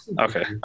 okay